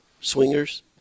swingers